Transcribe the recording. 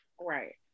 right